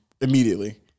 Immediately